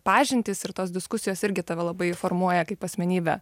pažintys ir tos diskusijos irgi tave labai formuoja kaip asmenybę